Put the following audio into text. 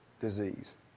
disease